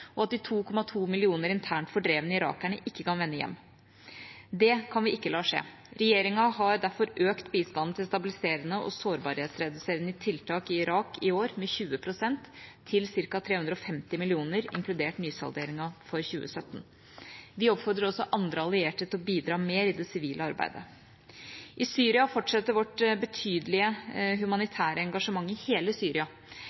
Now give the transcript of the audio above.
og at de 2,2 millioner internt fordrevne irakerne ikke kan vende hjem. Det kan vi ikke la skje. Regjeringa har derfor økt bistanden til stabiliserende og sårbarhetsreduserende tiltak i Irak i år med 20 pst., til ca. 350 mill. kr, inkludert nysalderingen for 2017. Vi oppfordrer også andre allierte til å bidra mer i det sivile arbeidet. I Syria fortsetter vårt betydelige